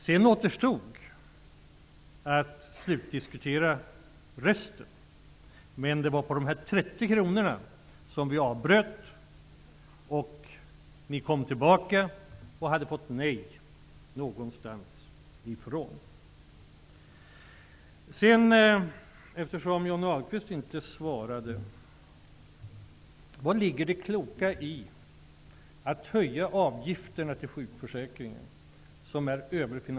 Sedan återstod att slutdiskutera resten, men det var på de 30 kronorna som vi avbröt överläggningarna; ni kom tillbaka och hade fått nej någonstans ifrån.